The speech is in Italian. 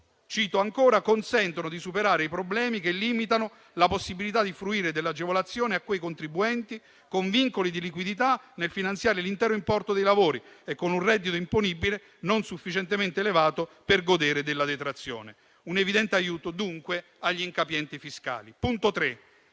cito ancora - consentono di superare i problemi che limitano la possibilità di fruire dell'agevolazione a quei contribuenti con vincoli di liquidità nel finanziare l'intero importo dei lavori e con un reddito imponibile non sufficientemente elevato per godere della detrazione. È un evidente aiuto, dunque, agli incapienti fiscali. Punto